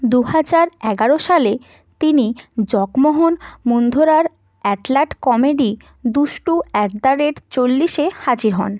দু হাজার এগারো সালে তিনি জগমোহন মুন্ধরার অ্যাডালট কমেডি দুষ্টু অ্যাট দ্য রেট চল্লিশে হাজির হন